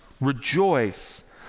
rejoice